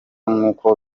nkuko